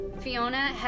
Fiona